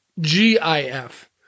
GIF